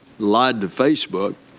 lied to facebook,